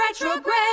retrograde